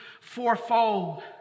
fourfold